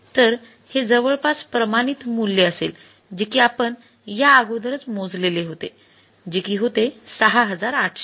तर हे जवळपास प्रमाणित मूल्य असेल जे कि आपण या अगोदरच मोजलेले होते जे कि होते ६८००